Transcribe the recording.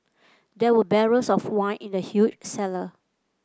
there were barrels of wine in the huge cellar